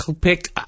pick